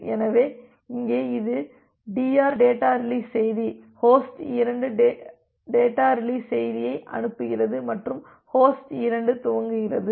எனவே இங்கே இது டிஆர் டேட்டா ரீலிஸ் செய்தி ஹோஸ்ட் 2 டேட்டா ரீலிஸ் செய்தியை அனுப்புகிறது மற்றும் ஹோஸ்ட் 2 தூங்குகிறது